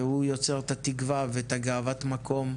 והוא יוצר את התקווה ואת גאוות המקום,